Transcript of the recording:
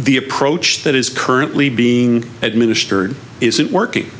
the approach that is currently being administered isn't working